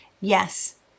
Yes